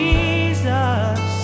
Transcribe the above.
Jesus